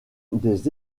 des